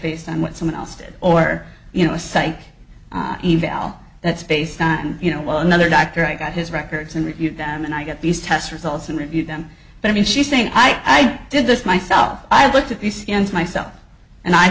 based on what someone else did or you know a psych evaluation that's based on you know well another doctor i got his records and reviewed them and i get these test results and review them and i mean she's saying i did this myself i looked at the scans myself and i